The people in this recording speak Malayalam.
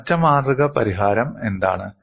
അടച്ച മാതൃക പരിഹാരം എന്താണ്